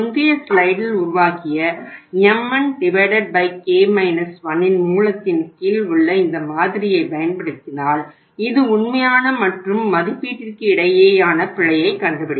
முந்தைய ஸ்லைடில் உருவாக்கிய mn k 1 இன் மூலத்தின் கீழ் உள்ள இந்த மாதிரியைப் பயன்படுத்தினால் இது உண்மையான மற்றும் மதிப்பீட்டிற்கு இடையேயான பிழையை கண்டுபிடிக்கும்